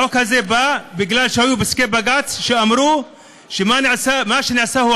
החוק הזה בא בגלל שהיו פסקי בג"ץ שאמרו שמה שנעשה הוא